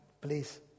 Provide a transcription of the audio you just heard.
please